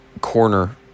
corner